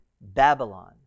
Babylon